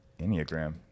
Enneagram